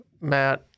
matt